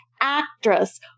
actress